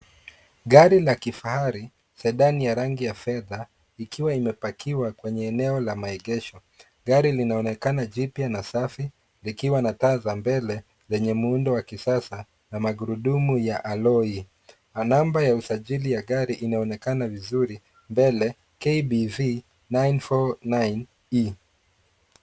Gari la kifahari Sedan ya rangi ya fedha ikiwa limepakiwa kwenye eneo la maegesho gari linaonekana jipya na safi likiwa na taa za mbele zenye muundo wa kisasa na magurudumu ya Alloy, namba ya usajili ya gari inaonekana vizuri mbele KBV 949 E.